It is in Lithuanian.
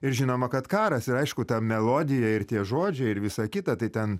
ir žinoma kad karas ir aišku ta melodija ir tie žodžiai ir visa kita tai ten